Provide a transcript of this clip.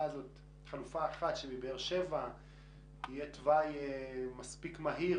החלופה ייתן תוואי מספיק מהיר